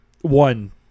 one